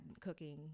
cooking